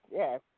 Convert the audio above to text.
yes